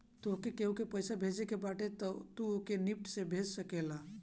तोहके केहू के पईसा भेजे के बाटे तअ तू ओके निफ्ट से भेज सकेला